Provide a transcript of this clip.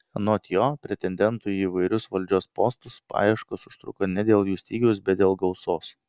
anot jo pretendentų į įvairius valdžios postus paieškos užtruko ne dėl jų stygiaus bet dėl gausos